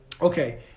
Okay